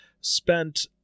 spent